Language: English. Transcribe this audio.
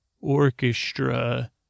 orchestra